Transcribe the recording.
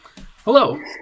Hello